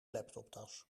laptoptas